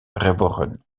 geboren